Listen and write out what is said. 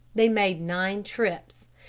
they made nine trips.